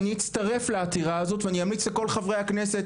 שאצטרף לעתירה הזאת ואמליץ לכל חברי הכנסת